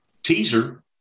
teaser